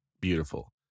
beautiful